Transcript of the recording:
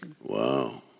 Wow